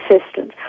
assistance